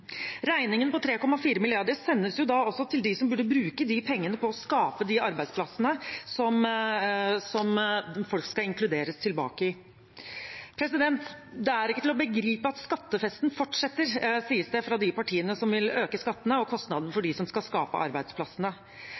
Regningen på 3,4 mrd. kr sendes da også til dem som burde bruke de pengene på å skape de arbeidsplassene som folk skal inkluderes tilbake i. Det er ikke til å begripe at skattefesten fortsetter, sies det fra de partiene som vil øke skattene og kostnadene for dem som skal skape arbeidsplassene.